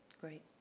Great